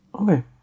okay